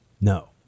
No